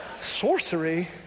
Sorcery